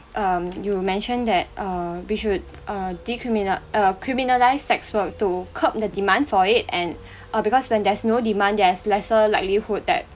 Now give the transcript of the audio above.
um you mention that err we should err decriminal~ err criminalize sex work to curb the demand for it and uh because when there's no demand there's lesser likelihood that